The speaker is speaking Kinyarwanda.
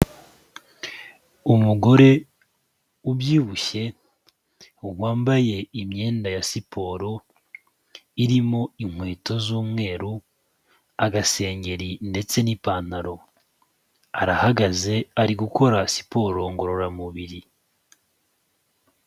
Umugore ubyibushye wambaye imyenda ya siporo irimo inkweto z'umweru, agasengeri ndetse n'ipantaro, arahagaze ari gukora siporo ngororamubiri.